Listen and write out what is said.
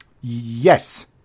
Yes